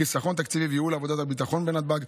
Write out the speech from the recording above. לחיסכון תקציבי וייעול עבודת הביטחון בנתב"ג,